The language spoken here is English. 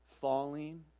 falling